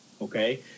Okay